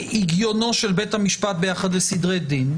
הגיונו של בית המשפט ביחס לסדרי דין,